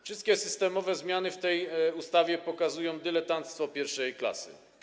Wszystkie systemowe zmiany przewidziane w tej ustawie pokazują dyletanctwo pierwszej klasy.